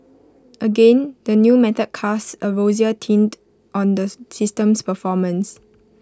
again the new method casts A rosier tint on the system's performance